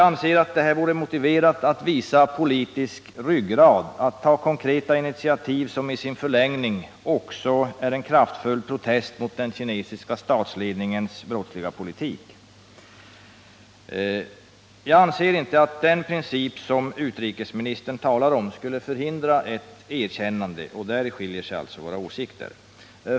Det vore motiverat att visa politisk ryggrad, att ta konkreta initiativ, som i sin förlängning skulle vara en kraftfull protest mot den kinesiska statsledningens brottsliga politik. Jag anser att den princip som utrikesministern talar om inte förhindrar ett erkännande, och där skiljer sig alltså våra åsikter.